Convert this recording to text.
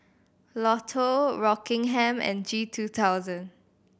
Lotto Rockingham and G two thousand